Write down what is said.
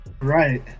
Right